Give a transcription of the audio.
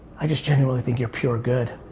i just genuinely thing you're pure good.